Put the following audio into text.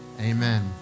Amen